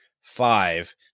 five